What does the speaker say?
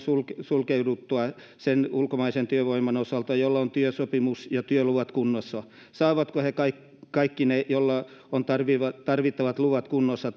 sulkeuduttua sen ulkomaisen työvoiman osalta jolla on työsopimus ja työluvat kunnossa saavatko kaikki kaikki ne joilla on tarvittavat luvat kunnossa